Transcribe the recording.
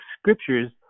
scriptures